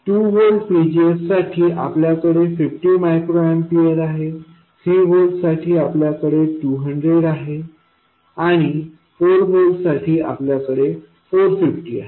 2 व्होल्टVGSसाठी आपल्याकडे 50 micro ampere आहे 3 व्होल्टसाठी आपल्याकडे 200 आहेत आणि 4 व्होल्टसाठी आपल्याकडे 450 आहेत